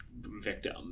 victim